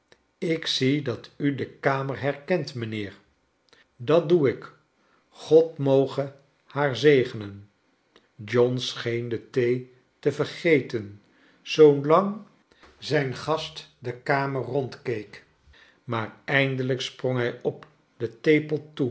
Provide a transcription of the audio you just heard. ik zie dat u de kamer herkent mijnheer dat doe ik ood moge haar zegenen i john scheen de thee te vergeten zoolang zijn gast de kamer rondkeek maar eindelijk sprong hij op den